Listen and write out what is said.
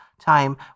time